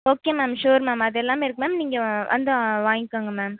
okay ma'am sure ma'am அதெல்லாமே இருக்குது ma'am நீங்கள் வந்து வாங்கிக்கோங்க மேம்